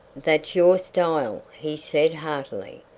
that's your style, he said heartily,